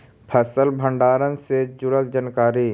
फसल भंडारन से जुड़ल जानकारी?